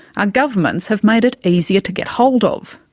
our governments have made it easier to get hold of.